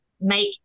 make